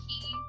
key